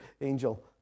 angel